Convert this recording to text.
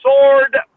sword